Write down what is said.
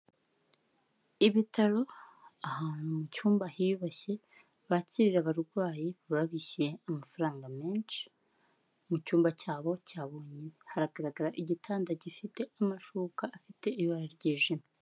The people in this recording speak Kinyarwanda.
Ibitaro ahantu mu cyumba hiyubashye bakira abarwayi baba bishyuye amafaranga menshi mu cyumba cyabo cya bonyine, haragaragara igitanda gifite amashuka afite ibara ryijimye.